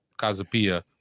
Casapia